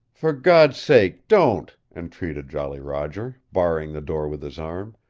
for god's sake don't! entreated jolly roger, barring the door with his arm.